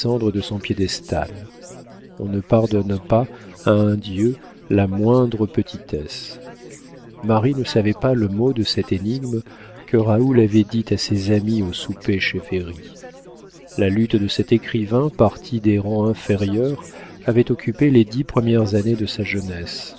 de son piédestal on ne pardonne pas à un dieu la moindre petitesse marie ne savait pas le mot de cette énigme que raoul avait dit à ses amis au souper chez véry la lutte de cet écrivain parti des rangs inférieurs avait occupé les dix premières années de sa jeunesse